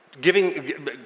giving